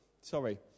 sorry